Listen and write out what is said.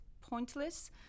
pointless